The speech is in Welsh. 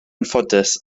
anffodus